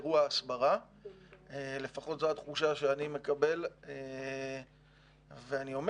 התדרוך הוא דבר חשוב, יש